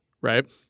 right